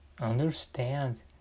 understand